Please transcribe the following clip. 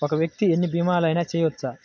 ఒక్క వ్యక్తి ఎన్ని భీమలయినా చేయవచ్చా?